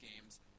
games